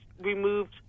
removed